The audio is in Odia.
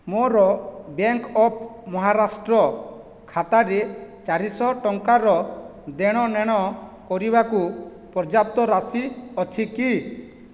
ମୋର ବ୍ୟାଙ୍କ ଅଫ୍ ମହାରାଷ୍ଟ୍ର ଖାତାରେ ଚାରିଶହ ଟଙ୍କାର ଦେଣ ନେଣ କରିବାକୁ ପର୍ଯ୍ୟାପ୍ତ ରାଶି ଅଛି କି